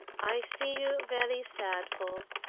i see you very sadful.